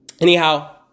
Anyhow